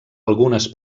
algunes